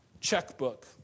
checkbook